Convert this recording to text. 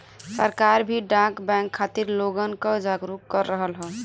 सरकार भी डाक बैंक खातिर लोगन क जागरूक कर रहल हौ